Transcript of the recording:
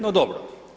No dobro.